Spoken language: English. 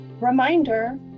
reminder